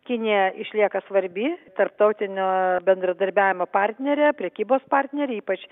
kinija išlieka svarbi tarptautinio bendradarbiavimo partnerė prekybos partnerė ypač